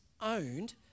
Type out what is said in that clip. owned